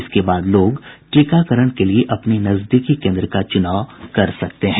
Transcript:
इसके बाद लोग टीकाकरण के लिए अपने नजदीकी केन्द्र का चुनाव कर सकते हैं